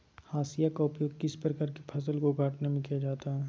हाशिया का उपयोग किस प्रकार के फसल को कटने में किया जाता है?